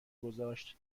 گذاشت